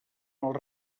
els